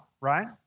right